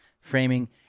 framing